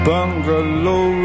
Bungalow